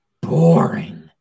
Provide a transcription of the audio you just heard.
boring